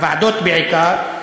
בוועדות בעיקר.